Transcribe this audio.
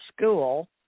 school